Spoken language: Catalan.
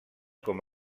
com